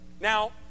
now